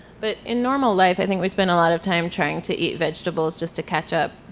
but in normal life i think we spend a lot of time trying to eat vegetables just to catch up.